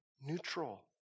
neutral